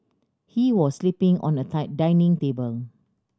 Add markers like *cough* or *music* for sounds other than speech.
he was sleeping on a *unintelligible* dining table